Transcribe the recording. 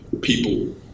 people